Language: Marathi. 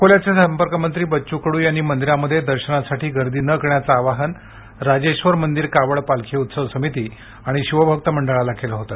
अकोल्याचे संपर्क मंत्री बच्चू कडू यांनी मंदिरांमध्ये दर्शनासाठी गर्दी न करण्याचे आवाहन राजेश्वर मंदिर कावड पालखी उत्सव समिती आणि शिवभक्त मंडळाला केले होते